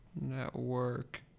Network